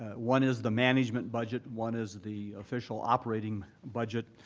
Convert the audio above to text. ah one is the management budget, one is the official operating budget,